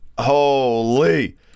holy